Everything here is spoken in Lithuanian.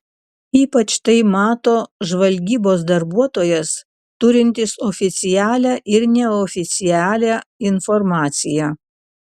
ypač tai mato žvalgybos darbuotojas turintis oficialią ir neoficialią informaciją